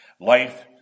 life